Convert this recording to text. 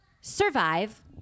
survive